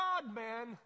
God-man